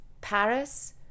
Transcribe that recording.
Paris